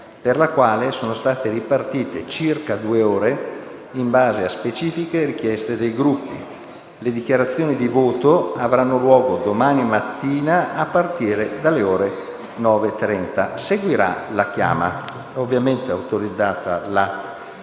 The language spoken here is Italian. per la quale sono state ripartite circa due ore in base a specifiche richieste dei Gruppi. Le dichiarazioni di voto avranno luogo domani mattina a partire dalle ore 9,30. Seguirà la chiama. La Commissione bilancio